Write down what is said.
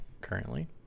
currently